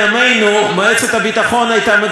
מועצת הביטחון הייתה מגנה אותו מכול